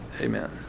Amen